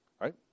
Right